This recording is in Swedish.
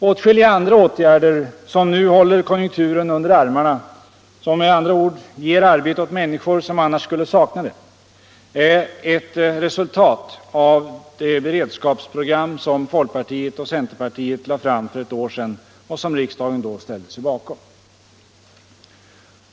Åtskilliga andra åtgärder som nu håller konjunkturen under armarna —- som med andra ord ger arbete åt människor som annars skulle sakna det — är ett resultat av det beredskapsprogram som folkpartiet och centerpartiet lade fram för ett år sedan och som riksdagen då ställde sig bakom.